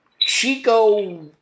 Chico